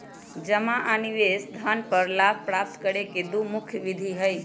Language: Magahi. जमा आ निवेश धन पर लाभ प्राप्त करे के दु मुख्य विधि हइ